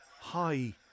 Hi